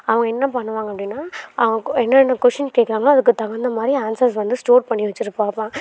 அவங்க என்ன பண்ணுவாங்க அப்படின்னா அவங்க கு என்னென்ன கொஷின் கேட்கறாங்களோ அதுக்கு தகுந்த மாதிரி அன்ஸர்ஸ் வந்து ஸ்டோர் பண்ணி வைச்சுருப்பாங்கப்பா